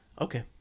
Okay